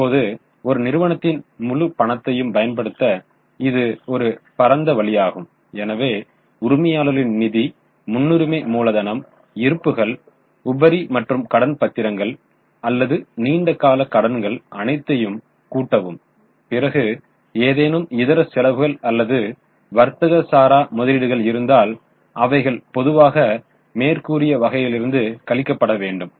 இப்போது ஒரு நிறுவனத்தின் முழு பணத்தையும் பயன்படுத்த இது ஒரு பரந்த வழியாகும் எனவே உரிமையாளர்களின் நிதி முன்னுரிமை மூலதனம் இருப்புக்கள் உபரி மற்றும் கடன் பத்திரங்கள் அல்லது நீண்ட கால கடன்கள் அனைத்தையும் கூட்டவும் பிறகு ஏதேனும் இதர செலவுகள் அல்லது வர்த்தக சாரா முதலீடுகள் இருந்தால் அவைகள் பொதுவாக மேற்கூறிய வகையிலிருந்து கழிக்கப்பட வேண்டும்